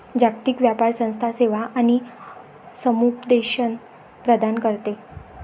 जागतिक व्यापार संस्था सेवा आणि समुपदेशन प्रदान करते